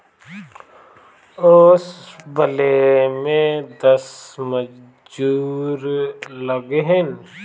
ओसवले में दस मजूर लगिहन